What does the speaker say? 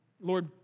Lord